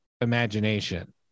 imagination